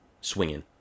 swinging